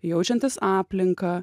jaučiantis aplinką